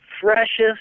freshest